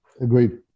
Agreed